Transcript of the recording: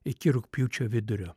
iki rugpjūčio vidurio